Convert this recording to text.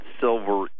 silver